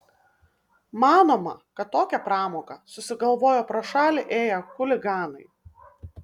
manoma kad tokią pramogą susigalvojo pro šalį ėję chuliganai